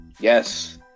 Yes